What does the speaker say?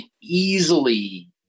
easily